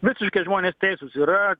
visiškai žmonės teisūs yra